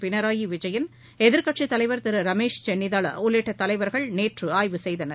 பினராய் விஜயன் எதிர்கட்சி தலைவர் திரு ரமேஷ் சென்னிதலா உள்ளிட்ட குழுவினர் நேற்று ஆய்வு செய்தனர்